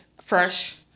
fresh